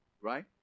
right